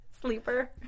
Sleeper